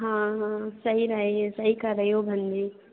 हाँ हाँ सही रहा ये सही कह रही हो बहन जी